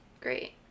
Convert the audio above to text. Great